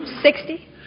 Sixty